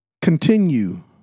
Continue